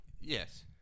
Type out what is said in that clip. Yes